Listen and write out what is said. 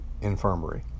Infirmary